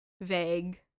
vague